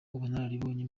ubunararibonye